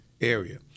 area